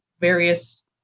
various